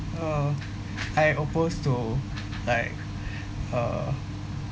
uh I opposed to like uh